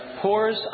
pours